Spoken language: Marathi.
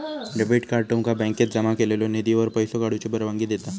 डेबिट कार्ड तुमका बँकेत जमा केलेल्यो निधीवर पैसो काढूची परवानगी देता